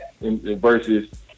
versus